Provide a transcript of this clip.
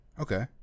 Okay